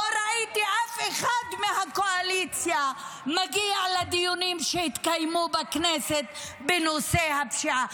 לא ראיתי אף אחד מהקואליציה מגיע לדיונים שהתקיימו בכנסת בנושא הפשיעה.